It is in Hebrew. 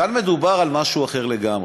כאן מדובר על משהו אחר לגמרי.